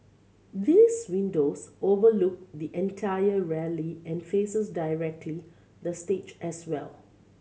these windows overlook the entire rally and faces directly the stage as well